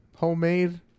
Homemade